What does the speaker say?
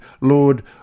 Lord